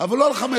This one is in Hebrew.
אבל לא ל-500.